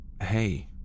hey